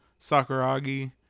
Sakuragi